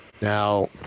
Now